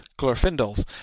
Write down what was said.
Glorfindel's